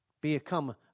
become